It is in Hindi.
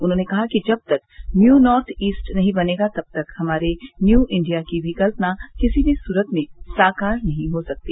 उन्होंने ँ कहा कि जब तक न्यू नार्थ ईस्ट नहीं बनेगा तब तक हमारे न्यू इंडिया की भी कल्पना किसी भी सूरत में साकार नहीं हो सकती